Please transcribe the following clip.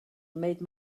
made